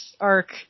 arc